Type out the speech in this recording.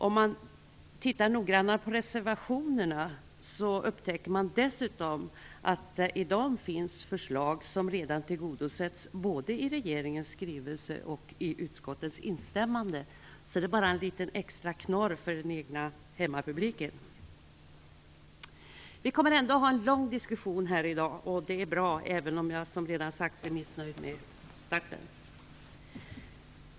Om man ser noggrannare på reservationerna märker man dessutom att det finns förslag i dem som redan tillgodosetts, både i regeringens skrivelse och i utskottets instämmande. Detta är alltså bara en liten extra knorr för den egna hemmapubliken. Vi kommer ändå att föra en lång diskussion i dag. Det är bra, även om jag som sagt är missnöjd med starten.